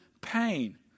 pain